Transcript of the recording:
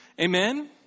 Amen